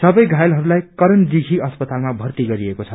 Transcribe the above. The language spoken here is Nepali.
सबै घायलहरूलाईकरणदिषी अस्पतालाम भर्ती गरिएको छ